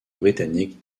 britannique